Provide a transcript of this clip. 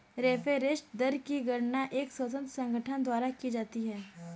reference दर की गणना एक स्वतंत्र संगठन द्वारा की जाती है